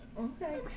Okay